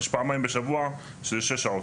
יש פעמיים בשבוע 6 שעות.